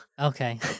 Okay